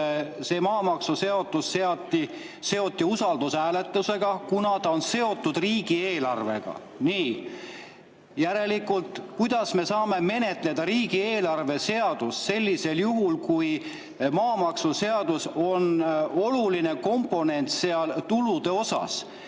see maamaksuseadus seoti usaldushääletusega, kuna ta on seotud riigieelarvega. Nii, järelikult, kuidas me saame menetleda riigieelarve seadust sellisel juhul, kui maamaksuseadus on oluline komponent seal tulude osas?